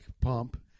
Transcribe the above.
pump